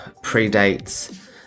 predates